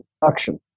production